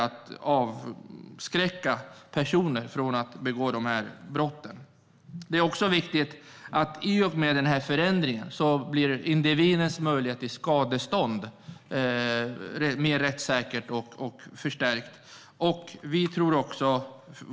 Straffrättsligt skydd mot olovlig identitets-användning Något som också är viktigt är att i och med denna förändring blir individens möjlighet till skadestånd mer rättssäker och förstärkt.